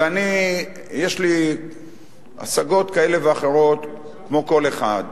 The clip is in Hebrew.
ויש לי השגות כאלה ואחרות, כמו לכל אחד,